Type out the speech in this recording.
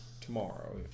tomorrow